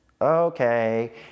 okay